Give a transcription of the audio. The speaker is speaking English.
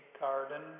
garden